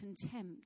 contempt